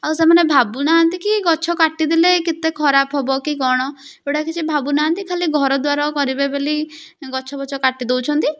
ଆଉ ସେମାନେ ଭାବୁ ନାହାନ୍ତି କି ଗଛ କାଟି ଦେଲେ କେତେ ଖରାପ ହେବ କି କ'ଣ ସେଗୁଡା କିଛି ଭାବୁ ନାହାନ୍ତି ଖାଲି ଘର ଦ୍ଵାର କରିବେ ବୋଲି ଗଛ ପଛ କାଟି ଦେଉଛନ୍ତି